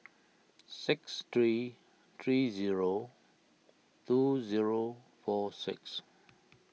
six three three zero two zero four six